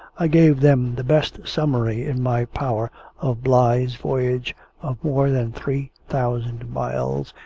i gave them the best summary in my power of bligh's voyage of more than three thousand miles,